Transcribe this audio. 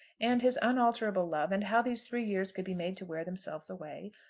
and his unalterable love, and how these three years could be made to wear themselves away,